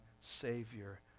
Savior